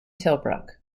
tilbrook